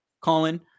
Colin